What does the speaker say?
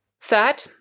Third